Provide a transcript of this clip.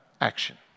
action